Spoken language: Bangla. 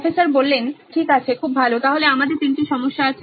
প্রফেসর ঠিক আছে খুব ভালো তাহলে আমাদের তিনটি সমস্যা আছে